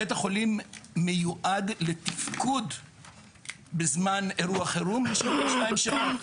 בית החולים מיועד לתפקוד בזמן אירוע חירום ל-72 שעות.